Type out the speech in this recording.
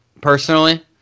personally